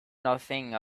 nothing